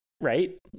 right